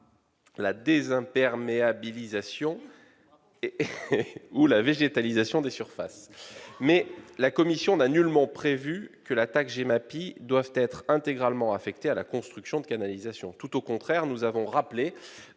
la désimperméabilisation ou la végétalisation des surfaces. Mais la commission n'a nullement prévu que la taxe GEMAPI doive être intégralement affectée à la construction de canalisations. Tout au contraire, nous avons rappelé